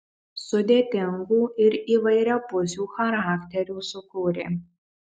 sudėtingų ir įvairiapusių charakterių sukūrė